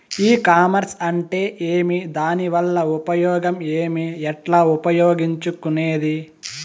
ఈ కామర్స్ అంటే ఏమి దానివల్ల ఉపయోగం ఏమి, ఎట్లా ఉపయోగించుకునేది?